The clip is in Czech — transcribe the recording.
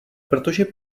protože